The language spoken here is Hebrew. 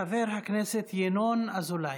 חבר הכנסת ינון אזולאי.